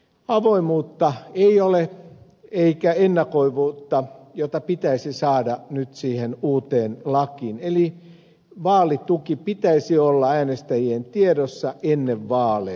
avoimuutta ei ole eikä ennakoitavuutta jota pitäisi saada nyt siihen uuteen lakiin eli vaalituen pitäisi olla äänestäjien tiedossa ennen vaaleja